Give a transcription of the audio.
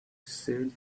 said